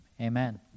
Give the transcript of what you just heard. amen